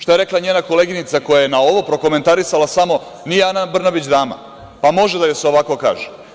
Šta je rekla njena koleginica koja je na ovo prokomentarisala samo – nije Ana Brnabić dama, pa može da joj se ovako kaže.